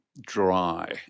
dry